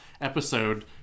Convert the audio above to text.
episode